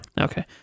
Okay